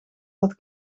dat